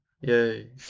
yay